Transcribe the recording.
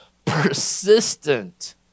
persistent